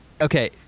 Okay